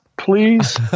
Please